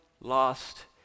lost